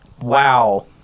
Wow